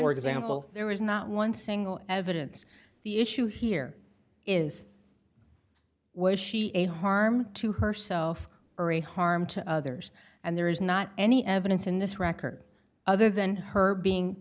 more example there was not one single evidence the issue here is was she a harm to herself or a harm to others and there is not any evidence in this record other than her being